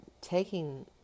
Taking